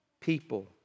people